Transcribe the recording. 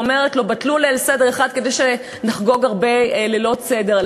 ואומרת לו: בטלו ליל סדר אחד כדי שנחגוג הרבה לילות סדר.